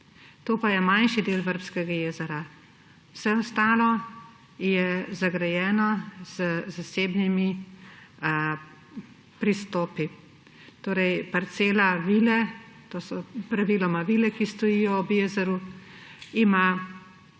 To pa je manjši del Vrbskega jezera. Vse ostalo je zagrajeno z zasebnimi pristopi. To so praviloma vile, ki stojijo ob jezeru, imajo